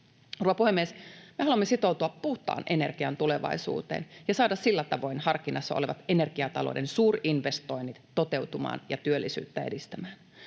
Rouva puhemies! Me haluamme sitoutua puhtaan energian tulevaisuuteen ja saada sillä tavoin harkinnassa olevat energiatalouden suurinvestoinnit toteutumaan ja työllisyyttä edistämään.